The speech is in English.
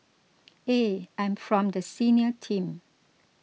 I'm from the senior team